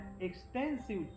extensive